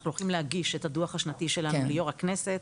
אנחנו הולכים להגיש את הדו"ח השנתי ליו"ר הכנסת.